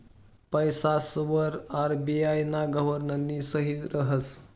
पैसासवर आर.बी.आय ना गव्हर्नरनी सही रहास